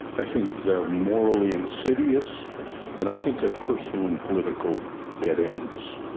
i think they're morally insidious and i think they're personal and political dead-ends,